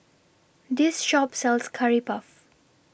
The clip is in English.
This Shop sells Curry Puff